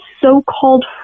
so-called